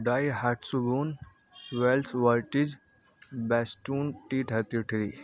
ڈائی ہاٹ سبون ویلس وورٹیج بیسٹون ٹیتییٹھی